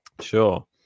Sure